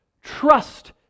Trust